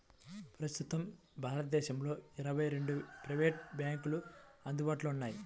ప్రస్తుతం భారతదేశంలో ఇరవై రెండు ప్రైవేట్ బ్యాంకులు అందుబాటులో ఉన్నాయి